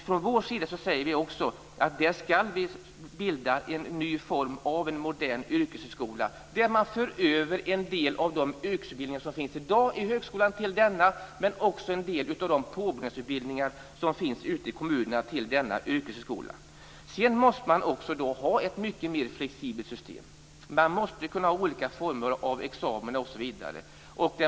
Från vår sida säger vi att vi skall bilda en ny form av modern yrkeshögskola. Till den skall man föra över en del av de yrkesutbildningar som i dag finns i högskolan, men också en del av de påbyggnadsutbildningar som finns ute i kommunerna. Sedan måste man också ha ett mycket mer flexibelt system. Man måste kunna ha olika former av examina.